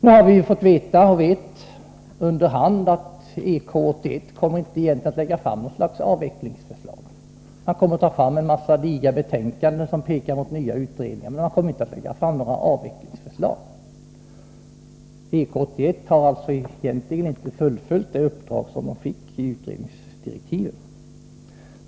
Nu har vi under hand fått veta att EK 81 egentligen inte kommer att lägga fram något avvecklingsförslag. Man kommer att ta fram en massa digra betänkanden som pekar mot nya utredningar, men man kommer alltså inte att lägga fram några avvecklingsförslag. EK 81 har egentligen inte fullföljt det uppdrag som man fick i utredningsdirektiven.